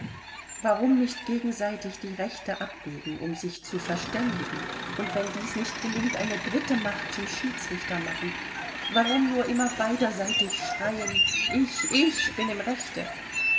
warum nicht gegenseitig die rechte abwägen um sich zu verständigen und wenn dies nicht gelingt eine dritte macht zum schiedsrichter machen warum nur immer beiderseitig schreien ich ich bin im rechte